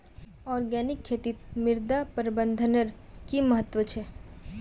organic खेतीत मृदा प्रबंधनेर कि महत्व छे